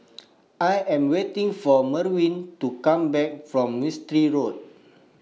I Am waiting For Merwin to Come Back from Mistri Road